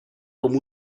com